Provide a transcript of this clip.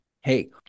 hey